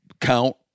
count